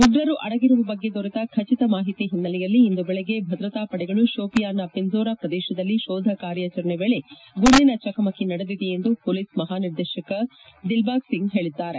ಉಗ್ರರು ಅಡಗಿರುವ ಬಗ್ಗೆ ದೊರೆತ ಖಚಿತ ಮಾಹಿತಿ ಹಿನ್ನೆಲೆಯಲ್ಲಿ ಇಂದು ಬೆಳಗ್ಗೆ ಭದ್ರತಾ ಪಡೆಗಳು ಶೋಪಿಯಾನ್ನ ಪಿನ್ಜೋರ ಪ್ರದೇಶದಲ್ಲಿ ಶೋಧ ಕಾರ್ಯ ವೇಳೆ ಗುಂಡಿನ ಚಕಮಕಿ ನಡೆದಿದೆ ಎಂದು ಪೊಲೀಸ್ ಮಹಾನಿರ್ದೇಶಕ ದಿಲ್ಲಾಗ್ ಸಿಂಗ್ ಹೇಳಿದ್ದಾರೆ